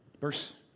Verse